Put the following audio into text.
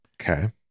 Okay